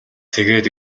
тэгээд